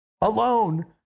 alone